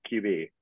QB